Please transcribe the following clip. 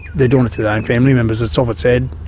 they're doing it to their own family members. it's off its head.